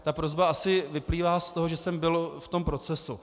Ta prosba asi vyplývá z toho, že jsem byl v tom procesu.